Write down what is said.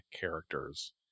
characters